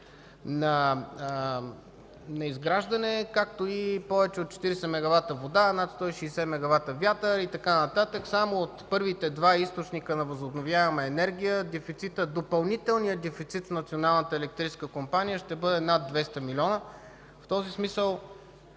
на изграждане. Както и повече от 40 мегавата вода, над 160 мегавата вятър и така нататък. Само от първите два източника на възобновяема енергия допълнителният дефицит на Националната електрическа компания ще бъде над 200 милиона. В този смисъл